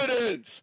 evidence